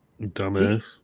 Dumbass